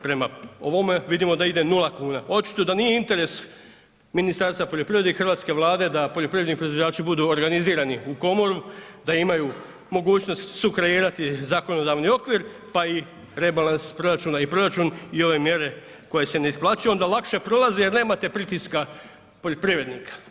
Prema ovome vidimo da ide 0,00 kuna, očito da nije interes Ministarstva poljoprivrede i hrvatske Vlade da poljoprivredni proizvođači budu organizirani u komoru, da imaju mogućnost sukreirati zakonodavni okvir pa i rebalans proračuna i proračun i ove mjere koje se ne isplaćuju onda lakše prolaze jer nemate pritiska poljoprivrednika.